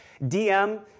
DM